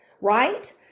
right